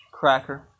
Cracker